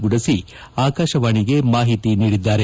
ಗುಡಸಿ ಆಕಾಶವಾಣಿಗೆ ಮಾಹಿತಿ ನೀಡಿದ್ದಾರೆ